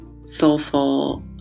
soulful